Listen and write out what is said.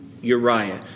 Uriah